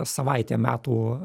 savaitė metų